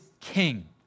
king